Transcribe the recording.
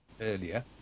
earlier